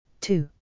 Two